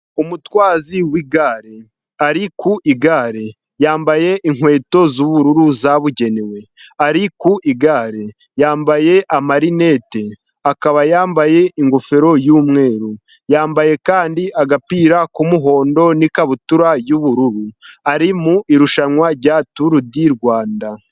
Umutwazi w'igare ari ku igare, yambaye inkweto z'ubururu zabugenewe, ari ku igare, yambaye amarinete, akaba yambaye ingofero y'umweru, yambaye kandi agapira k'umuhondo, n'ikabutura y'ubururu, ari mu irushanwa rya turu di Rwanda.